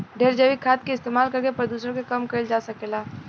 ढेरे जैविक खाद के इस्तमाल करके प्रदुषण के कम कईल जा सकेला